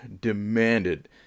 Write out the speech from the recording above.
demanded